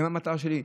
הן המטרה שלי,